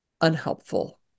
unhelpful